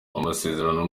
amasezerano